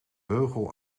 beugel